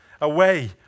away